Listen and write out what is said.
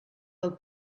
del